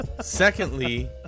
Secondly